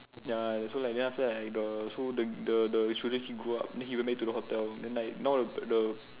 ya so like then after that like the so the the children he grow up then he will went to the hotel then like now the the